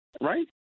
right